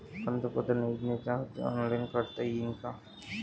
पंतप्रधान योजनेचा अर्ज ऑनलाईन करता येईन का?